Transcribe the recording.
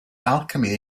alchemy